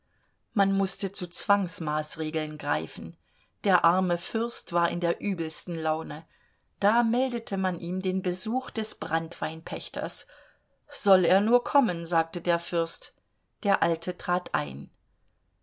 man mußte zu zwangsmaßregeln greifen der arme fürst war in der übelsten laune da meldete man ihm den besuch des branntweinpächters soll er nur kommen sagte der fürst der alte trat ein